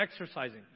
exercising